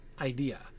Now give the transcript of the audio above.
idea